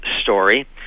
story